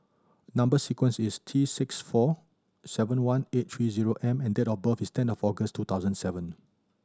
number sequence is T six four seven one eight three zero M and date of birth is ten of August two thousand seven